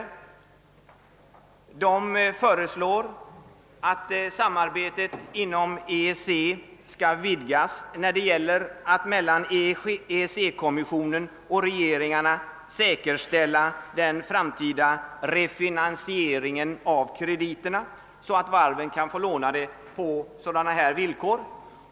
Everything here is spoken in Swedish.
I den rapporten föreslås att samarbetet inom EEC skall vidgas när det gäller att mellan EEC-kommissionen och regeringarna säkerställa den framtida refinansieringen av krediterna, så att varven kan låna på angivna villkor.